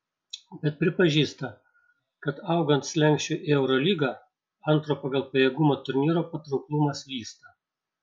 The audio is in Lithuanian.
bet pripažįsta kad augant slenksčiui į eurolygą antro pagal pajėgumą turnyro patrauklumas vysta